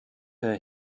her